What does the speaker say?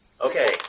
Okay